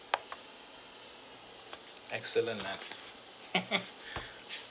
excellent map